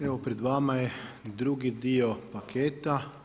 Evo pred vama je drugi dio paketa.